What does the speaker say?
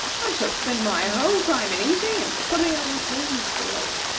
i shall spend my whole time in eating and putting on clean clothes